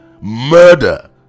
Murder